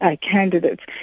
candidates